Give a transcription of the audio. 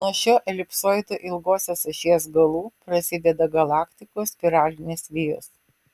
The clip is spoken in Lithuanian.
nuo šio elipsoido ilgosios ašies galų prasideda galaktikos spiralinės vijos